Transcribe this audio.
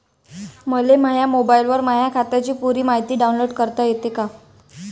मले माह्या मोबाईलवर माह्या खात्याची पुरी मायती डाऊनलोड करता येते का?